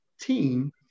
team